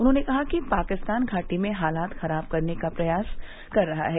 उन्होंने कहा कि पाकिस्तान घाटी में हालात खराब करने का प्रयास कर रहा है